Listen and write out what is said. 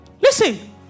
Listen